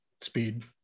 speed